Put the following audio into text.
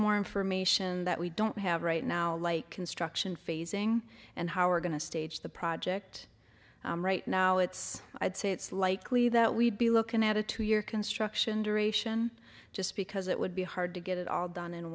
more information that we don't have right now like construction phasing and how are going to stage the project right now it's i'd say it's likely that we'd be looking at a two year construction duration just because it would be hard to get it all done in